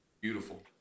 Beautiful